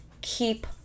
Keep